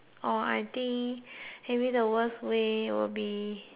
hmm maybe the worst way will be